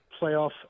playoff